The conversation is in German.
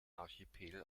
archipel